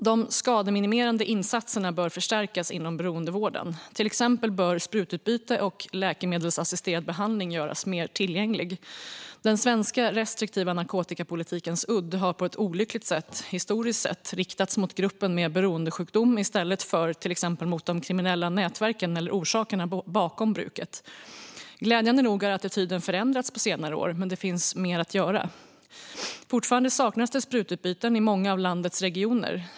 De skademinimerande insatserna bör förstärkas inom beroendevården. Till exempel bör sprututbyte och läkemedelsassisterad behandling göras mer tillgängliga. Den svenska restriktiva narkotikapolitikens udd har på ett olyckligt sätt historiskt sett riktats mot gruppen med beroendesjukdom i stället för mot till exempel de kriminella nätverken eller orsakerna bakom bruket. Glädjande nog har attityden förändrats på senare år, men det finns mer att göra. Fortfarande saknas det sprututbyten i många av landets regioner.